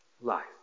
life